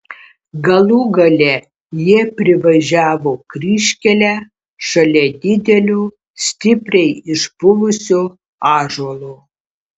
galų gale jie privažiavo kryžkelę šalia didelio stipriai išpuvusio ąžuolo